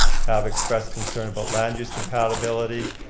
have expressed concern about land use compatibility,